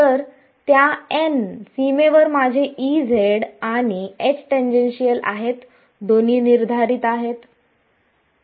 तर त्या n सीमेवर माझेआणि H टेंजेन्शियल आहेत दोन्ही निर्धारित नाहीत